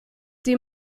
die